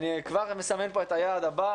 אני כבר מסמן כאן את היעד הבא,